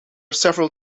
several